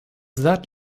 that